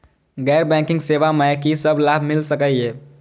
गैर बैंकिंग सेवा मैं कि सब लाभ मिल सकै ये?